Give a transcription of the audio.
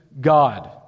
God